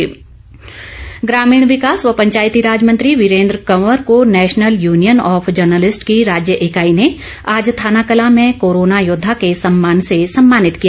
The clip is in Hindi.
वीरेन्द्र कंवर ग्रामीण विकास व पंचायती राज मंत्री वीरेन्द्र कंवर को नेशनल यूनियन ऑफ जर्नलिस्ट की राज्य इकाई ने आज थानाकलां में कोरोना योद्धा के सम्मान से सम्मानित किया